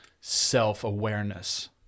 self-awareness